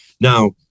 now